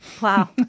Wow